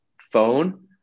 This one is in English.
phone